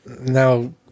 now